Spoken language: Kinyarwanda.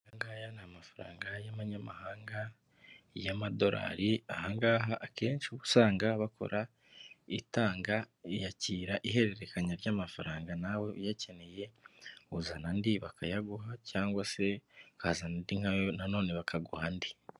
Ayangaya ni amafaranga y'abanyamahanga y'amadorari, ahangaha akenshi usanga bakora itanga, iyakira, ihererekanya ry'amafaranga nawe uyakeneye uzana andi bakayaguha cyangwa se ukazana andi nka yo nanone bakaguha andi.